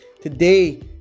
today